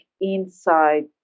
inside